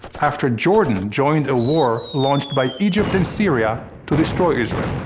after jordan joined a war launched by egypt and syria to destroy israel.